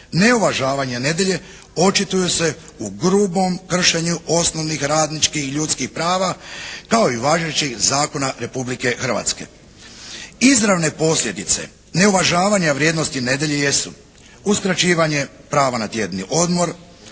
neuvažavanje nedjelje očituju se u grubom kršenju osnovnih radničkih i ljudskih prava kao i važećih zakona Republike Hrvatske. Izravne posljedice neuvažavanja vrijednosti nedjelje jesu uskraćivanje prava na tjedni odmor,